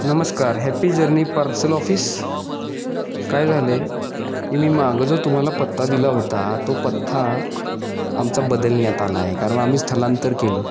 नमस्कार happy journey parcel office काय झालं आहे की मी मागं जो तुम्हाला पत्ता दिला होता तो पत्ता आमचा बदलण्यात आला आहे कारण आम्ही स्थलांतर केलं